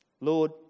Lord